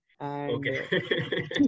Okay